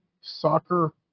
soccer